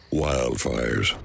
wildfires